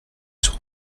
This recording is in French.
sur